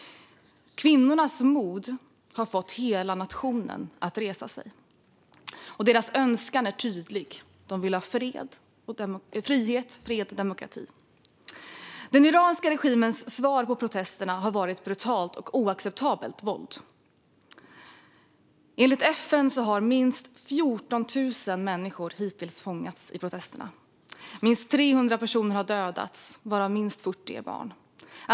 Kvinnornas mod har fått hela nationen att resa sig. Deras önskan är tydlig. De vill ha frihet, fred och demokrati. Den iranska regimens svar på protesterna har varit brutalt och oacceptabelt våld. Enligt FN har minst 14 000 människor hittills fängslats i protesterna. Minst 300 personer har dödats, varav minst 40 är barn.